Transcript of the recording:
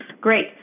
Great